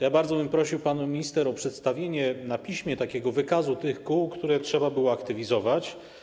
Ja bardzo bym prosił panią minister o przedstawienie na piśmie wykazu tych kół, które trzeba było aktywizować.